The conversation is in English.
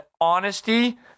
honesty